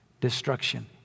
destruction